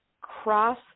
cross